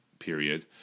period